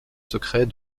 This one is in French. secret